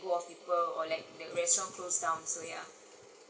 let go of people or like the restaurents closed down so ya